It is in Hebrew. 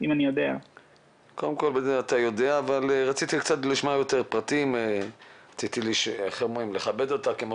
אתה יודע אבל רציתי לשמוע יותר פרטים ולכבד אותה מכיוון